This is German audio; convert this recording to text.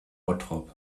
bottrop